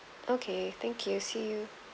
okay thank you see you